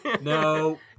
no